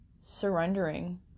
surrendering